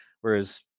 Whereas